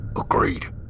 Agreed